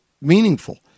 meaningful